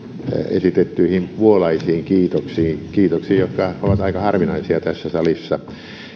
esitettyihin vuolaisiin kiitoksiin kiitoksiin jotka ovat aika harvinaisia tässä salissa